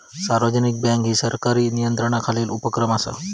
सार्वजनिक बँक ही सरकारी नियंत्रणाखालील उपक्रम असा